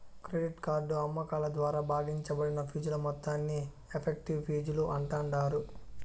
credit card అమ్మకాల ద్వారా భాగించబడిన ఫీజుల మొత్తాన్ని ఎఫెక్టివ్ ఫీజులు అంటాండారు